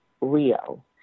rio